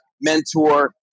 mentor